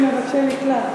מבקשי מקלט,